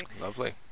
Lovely